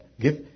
give